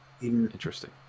Interesting